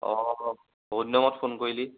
অঁ বহুত দিনৰ মুৰত ফোন কৰিলি